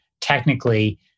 technically